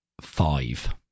five